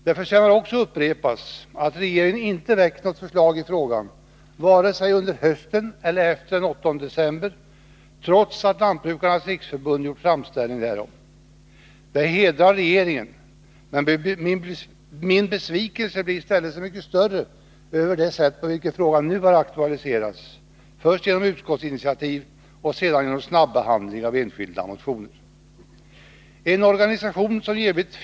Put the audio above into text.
Det förtjänar också upprepas att regeringen inte väckt något förslag i frågan, vare sig under hösten eller efter den 8 december, trots att Lantbrukarnas riksförbund gjort framställningar därom. Det hedrar regeringen, men min besvikelse blir i stället så mycket större över det sätt på vilket frågan nu har aktualiserats, först genom utskottsinitiativ och sedan genom snabbehandling av enskilda motioner.